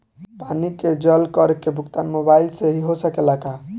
पानी के जल कर के भुगतान मोबाइल से हो सकेला का?